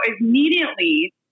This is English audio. immediately